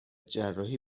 جراحی